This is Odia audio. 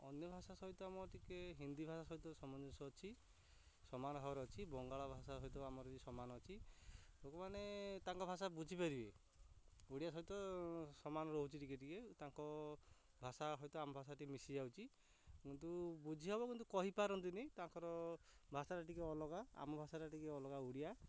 ଅନ୍ୟ ଭାଷା ସହିତ ଆମର ଟିକେ ହିନ୍ଦୀ ଭାଷା ସହିତ ସମଞ୍ଜସ୍ୟ ଅଛି ସମାନ ଭାବରେ ଅଛି ବଙ୍ଗାଳ ଭାଷା ସହିତ ଆମର ସମାନ ଅଛି ଲୋକମାନେ ତାଙ୍କ ଭାଷା ବୁଝିପାରିବେ ଓଡ଼ିଆ ସହିତ ସମାନ ରହୁଛି ଟିକେ ଟିକେ ତାଙ୍କ ଭାଷା ହୁଏତ ଆମ ଭାଷା ଟିକେ ମିଶିଯାଉଛି କିନ୍ତୁ ବୁଝି ହବ କିନ୍ତୁ କହିପାରନ୍ତିନି ତାଙ୍କର ଭାଷାଟା ଟିକେ ଅଲଗା ଆମ ଭାଷାଟା ଟିକେ ଅଲଗା ଓଡ଼ିଆ